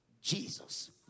Jesus